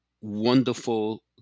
wonderful